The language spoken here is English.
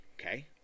Okay